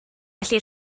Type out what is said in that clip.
felly